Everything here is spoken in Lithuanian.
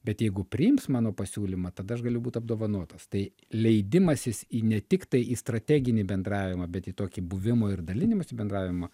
bet jeigu priims mano pasiūlymą tada aš galiu būt apdovanotas tai leidimasis į ne tiktai į strateginį bendravimą bet į tokį buvimo ir dalinimosi bendravimą